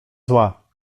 zła